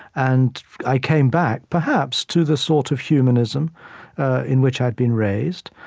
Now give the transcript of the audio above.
and i came back, perhaps, to the sort of humanism in which i'd been raised,